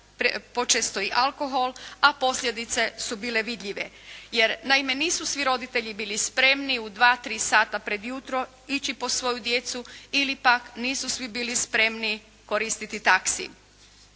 počesto i alkohol, a posljedice su bile vidljive, jer naime nisu svi roditelji bili spremni u 2, 3 sata pred jutro ići po svoju djecu ili pak nisu svi bili spremni koristiti taksi.